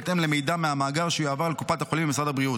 בהתאם למידע מהמאגר שיועבר אל קופת החולים ממשרד הבריאות.